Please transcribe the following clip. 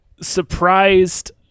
surprised